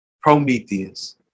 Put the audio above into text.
Prometheus